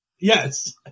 Yes